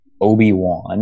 Obi-Wan